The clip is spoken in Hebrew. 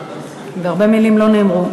והרבה מילים לא נאמרו,